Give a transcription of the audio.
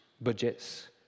budgets